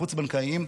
החוץ-בנקאיים,